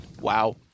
Wow